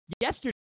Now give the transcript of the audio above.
Yesterday